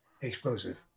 explosive